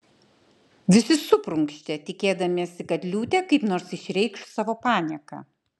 visi suprunkštė tikėdamiesi kad liūtė kaip nors išreikš savo panieką